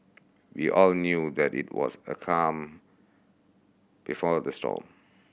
we all knew that it was a calm before the storm